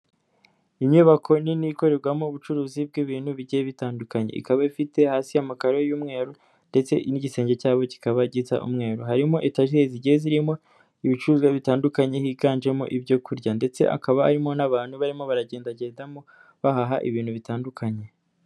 Inyubako nini ikorerwamo ubucuruzi bw'ibintu bigiye bitandukanye, ikaba ifite hasi amakaro y'umweru ndetse n'igisenge cyabo kikaba gisa umweru , harimo etajeri zigiye gisa zirimo ibicuruzwa bitandukanye higanjemo ibyo kurya ndetse hakaba harimo n'abantu barimo baragendagendamo bahaha ibintu bitandukanye.